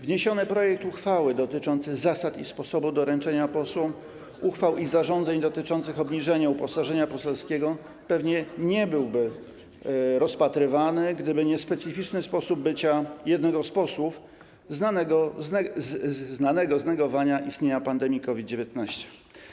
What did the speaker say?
Wniesiony projekt uchwały dotyczący zasad i sposobu doręczania posłom uchwał i zarządzeń w sprawie obniżenia uposażenia poselskiego pewnie nie byłby rozpatrywany, gdyby nie specyficzny sposób bycia jednego z posłów, znanego z negowania istnienia pandemii COVID-19.